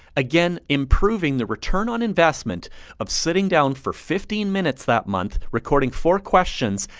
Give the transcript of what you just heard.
again, improving the return on investment of sitting down for fifteen minutes that month recording four questions,